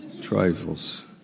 Trifles